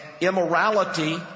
immorality